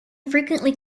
frequently